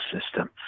system